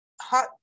hot